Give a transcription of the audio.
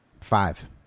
Five